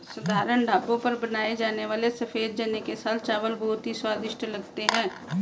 साधारण ढाबों पर बनाए जाने वाले सफेद चने के साथ चावल बहुत ही स्वादिष्ट लगते हैं